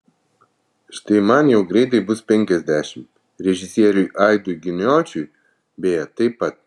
štai man jau greitai bus penkiasdešimt režisieriui aidui giniočiui beje taip pat